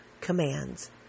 commands